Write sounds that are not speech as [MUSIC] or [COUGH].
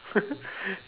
[LAUGHS]